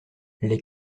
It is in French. les